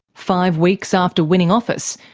five weeks after winning office,